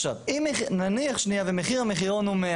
נניח שמחיר המחירון הוא 100